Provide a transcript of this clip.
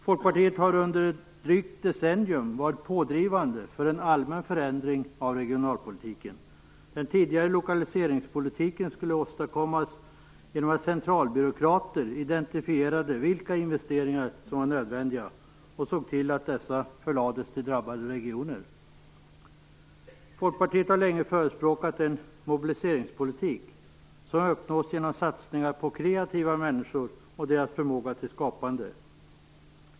Folkpartiet har under ett drygt decennium varit pådrivande för en allmän förändring av regionalpolitiken. Den tidigare lokaliseringspolitiken skulle åstadkommas genom att centralbyråkrater identifierade vilka investeringar som var nödvändiga och såg till att dessa förlades till drabbade regioner. Folkpartiet har länge förespråkat en mobiliseringspolitik som uppnås genom satsningar på kreativa människor och deras förmåga till skapande.